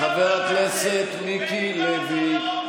חבר הכנסת מיקי לוי.